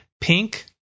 pink